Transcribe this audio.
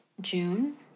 June